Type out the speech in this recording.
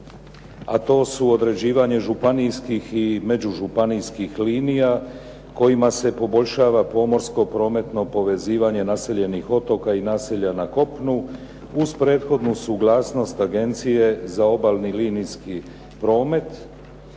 a to su određivanje županijskih i međužupanijskih linija kojima se poboljšava pomorsko prometno povezivanje naseljenih otoka i naselja na kopnu uz prethodnu suglasnost Agencije za obalni linijski promet,